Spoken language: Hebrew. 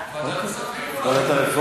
איזה ועדה?